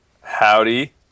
howdy